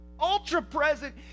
ultra-present